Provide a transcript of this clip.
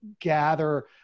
gather